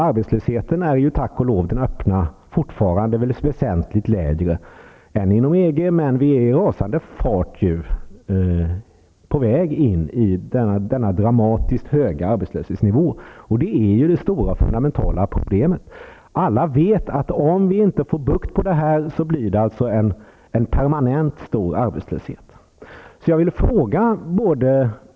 Arbetslösheten, den öppna, är tack och lov fortfarande väsentligt lägre än inom EG, men vi är i rasande fart på väg mot samma dramatiskt höga arbetslöshetsnivå. Det är det stora, fundamentala problemet. Alla vet att om vi inte får bukt med utvecklingen, blir det en permanent stor arbetslöshet.